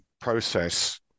process